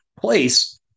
place